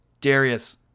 Darius